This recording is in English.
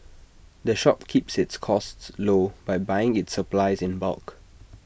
the shop keeps its costs low by buying its supplies in bulk